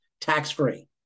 tax-free